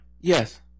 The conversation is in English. Yes